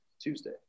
Tuesday